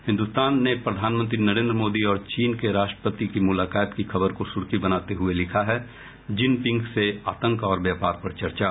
हिन्दुस्तान ने प्रधानमंत्री नरेन्द्र मोदी और चीन के राष्ट्रपति की मुलाकात की खबर को सूर्खी बनाते हये लिखा है जिनपिंग से आंतक व्यापार पर चर्चा